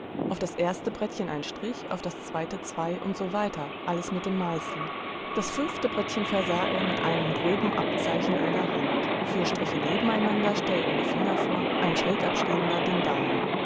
auf das erste brettchen ein strich auf das zweite zwei und so weiter alles mit dem meißel das fünfte brettchen versah er mit einem groben abzeichen einer hand vier striche nebeneinander stellten die finger vor ein schräg abstehender den daumen das